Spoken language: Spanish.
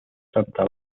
santa